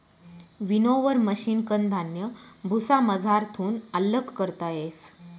winnower मशिनकन धान्य भुसामझारथून आल्लग करता येस